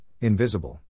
invisible